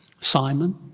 Simon